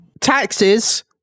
taxes